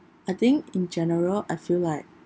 I think in general I feel like